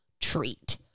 treat